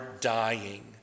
dying